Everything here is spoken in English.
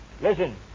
Listen